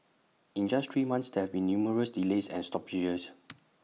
in just three months there have been numerous delays and stoppages